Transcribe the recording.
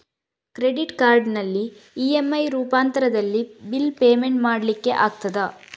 Credit ಕಾರ್ಡಿನಲ್ಲಿ EMI ರೂಪಾಂತರದಲ್ಲಿ bill payment ಮಾಡ್ಲಿಕ್ಕೆ ಆಗ್ತದ?